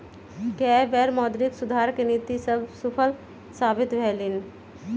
कय बेर मौद्रिक सुधार के नीति सभ सूफल साबित भेलइ हन